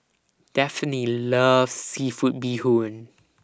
Daphne loves Seafood Bee Hoon